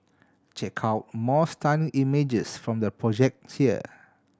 check out more stunning images from the project here